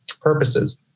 purposes